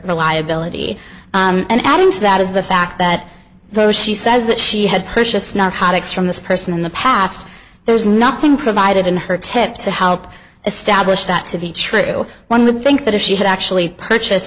reliability and adding to that is the fact that though she says that she had purchased narcotics from this person in the past there's nothing provided in her tip to help establish that to be true one would think that if she had actually purchase